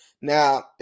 now